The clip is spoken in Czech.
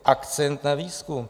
Akcent na výzkum?